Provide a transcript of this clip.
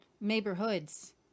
Neighborhoods